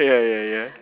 ya ya ya